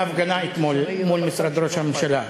נהרנו באוטובוסים להפגנה אתמול אל מול משרד ראש הממשלה.